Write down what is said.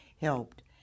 helped